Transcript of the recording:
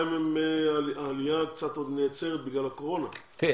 בינתיים העליה קצת עוד נעצרת בגלל הקורונה --- כן.